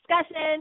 discussion